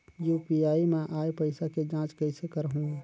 UPI मा आय पइसा के जांच कइसे करहूं?